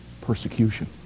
Persecution